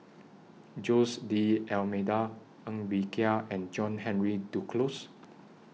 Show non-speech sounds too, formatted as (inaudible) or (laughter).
Jose D'almeida Ng Bee Kia and John Henry Duclos (noise)